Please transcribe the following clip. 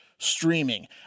Streaming